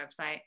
website